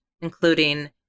including